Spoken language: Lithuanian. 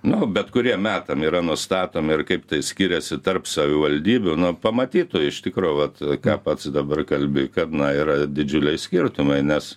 nu bet kuriem metam yra nustatomi ir kaip tai skiriasi tarp savivaldybių nu pamatytų iš tikro vat ką pats dabar kalbi kad na yra didžiuliai skirtumai nes